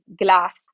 glass